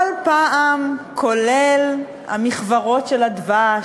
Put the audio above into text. כל פעם, כולל המכוורות של הדבש,